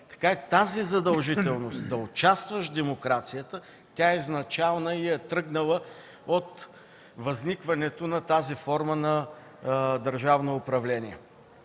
гласуваш, задължителността да участваш в демокрацията, е изначална и е тръгнала от възникването на тази форма на държавно управление.